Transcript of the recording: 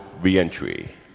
Reentry